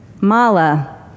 Mala